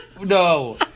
No